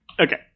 Okay